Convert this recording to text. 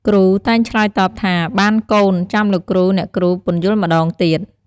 គ្រូតែងឆ្លើយតបថា បានកូន ចាំលោកគ្រូ អ្នកគ្រូ ពន្យល់ម្ដងទៀត។